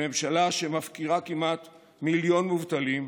לממשלה שמפקירה כמעט מיליון מובטלים,